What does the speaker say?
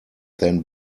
then